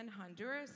Honduras